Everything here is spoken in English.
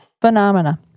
Phenomena